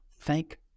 Thank